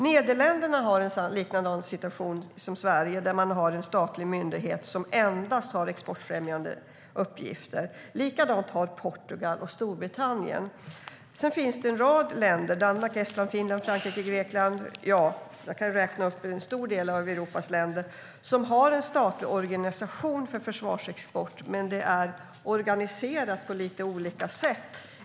Nederländerna har en liknande situation som Sverige och har en statlig myndighet som endast har exportfrämjande uppgifter. Likadant har Portugal och Storbritannien. Sedan finns det en rad länder, som Danmark, Estland, Finland, Frankrike och Grekland - jag kan räkna upp en stor del av Europas länder - där man har en statlig organisation för försvarsexport men där det är organiserat på lite olika sätt.